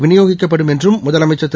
வினியோகிக்கப்படும் என்றும் முதலமைச்சர் திரு